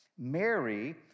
Mary